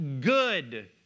good